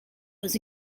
was